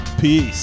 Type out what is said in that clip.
Peace